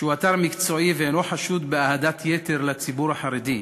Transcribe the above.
שהוא אתר מקצועי ואינו חשוד באהדת יתר לציבור החרדי,